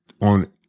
on